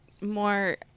more